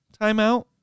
timeout